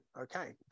okay